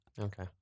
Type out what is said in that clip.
Okay